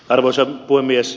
arvoisa puhemies